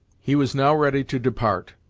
he was now ready to depart,